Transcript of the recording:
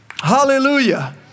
Hallelujah